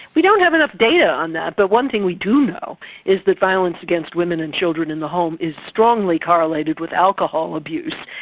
we don't have enough data on that. but one thing we do know is that violence against women and children in the home is strongly correlated with alcohol abuse.